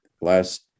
last